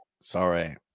Sorry